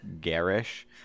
garish